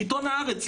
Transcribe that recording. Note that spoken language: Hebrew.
בעיתון הארץ,